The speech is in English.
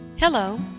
Hello